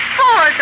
four